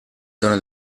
tono